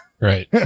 right